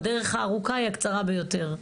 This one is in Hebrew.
הדרך הארוכה היא הקצרה ביותר.